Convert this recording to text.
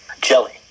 jelly